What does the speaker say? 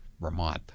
Vermont